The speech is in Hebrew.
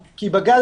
אדוני,